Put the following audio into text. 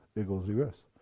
it goes reverse.